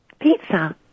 Pizza